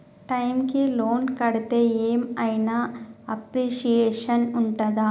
Time కి loan కడ్తే ఏం ఐనా అప్రిషియేషన్ ఉంటదా?